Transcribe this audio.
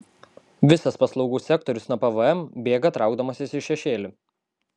visas paslaugų sektorius nuo pvm bėga traukdamasis į šešėlį